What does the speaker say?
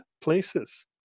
places